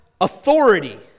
authority